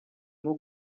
nko